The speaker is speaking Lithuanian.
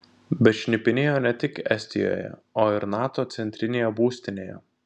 bet šnipinėjo ne tik estijoje o ir nato centrinėje būstinėje